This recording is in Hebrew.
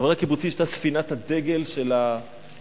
החברה הקיבוצית היתה ספינת הדגל של הסוציאליזם,